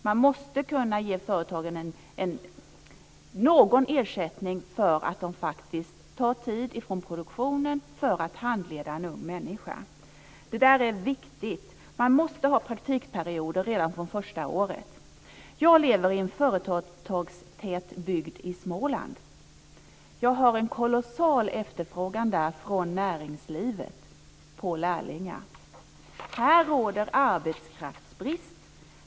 Man måste kunna ge företagen någon ersättning för att de tar tid från produktionen för att handleda en ung människa. Det är viktigt. Man måste ha praktikperioder redan från första året. Jag lever i en företagstät bygd i Småland. Där finns det en kolossal efterfrågan från näringslivet på lärlingar. Där råder arbetskraftsbrist.